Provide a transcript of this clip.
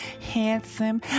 handsome